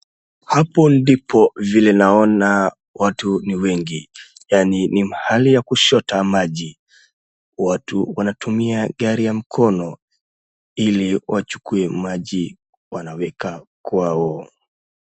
Hapo ndipo vile naona watu ni wengi, yaani ni mahali ya kuchota maji. Watu wanatumia gari ya mkono ili wachukue maji wanaweka kwao.